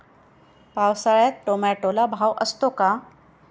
पावसाळ्यात टोमॅटोला भाव असतो का?